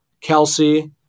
Kelsey